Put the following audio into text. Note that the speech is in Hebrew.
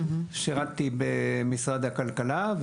שירתי במשרד הכלכלה.